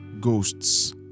ghosts